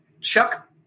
Chuck